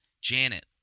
Janet